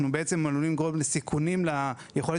אנחנו עלולים לגרום לסיכונים ביכולת